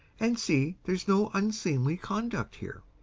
and see there's no unseemly conduct here.